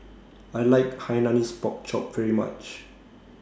I like Hainanese Pork Chop very much